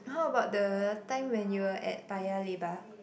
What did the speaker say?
how about the time when you were at Paya-Lebar